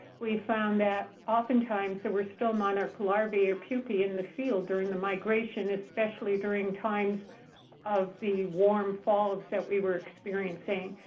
we found that, oftentimes, there were still monarch larvae or pupae in the field during the migration, especially during times of the warm falls that we were experiencing.